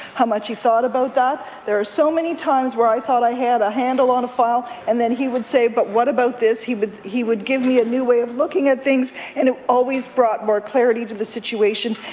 how much he thought about that. there were so many times when i thought i had a handle on a file, and then he would say, but what about this? he would he would give me a new way of looking at things, and it always brought more clarity to the situation.